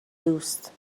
دوست